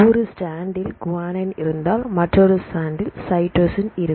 ஒரு ஸ்டாண்டில் குவானின் இருந்தாள் மற்றொரு ஸ்டாண்டில் சைடுசின் இருக்கும்